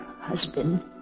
husband